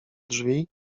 drzwi